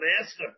master